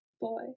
boy